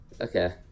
okay